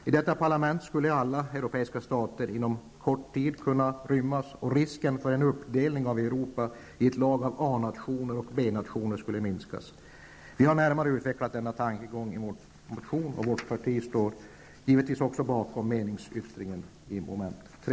I detta parlament skulle alla europeiska stater inom en kort tid kunna rymmas, samtidigt som risken för en uppdelning av Europa i ett lag av A-nationer och B-nationer skulle minska. Vi har närmare utvecklat denna tankegång i vår motion. Vårt parti står givetvis bakom meningsyttringen också i mom. 3.